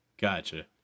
Gotcha